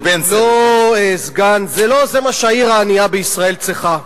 לא סגן, זה לא מה שהעיר הענייה בישראל צריכה.